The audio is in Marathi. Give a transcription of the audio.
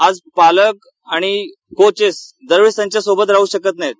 आज पालक आणि कोचेस् दरवेळेला त्याच्यासोबत राहु शकत नाहीत